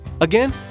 Again